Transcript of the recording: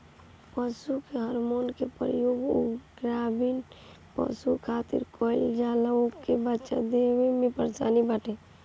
पशु के हार्मोन के प्रयोग उ गाभिन पशु खातिर कईल जाला जेके बच्चा देला में परेशानी बाटे